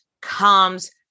comes